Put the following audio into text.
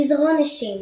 גזרון השם